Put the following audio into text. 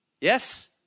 Yes